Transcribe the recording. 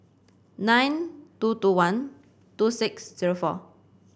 nine two two one two six zero four